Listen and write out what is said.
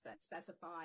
specify